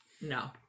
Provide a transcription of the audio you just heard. No